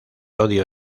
odio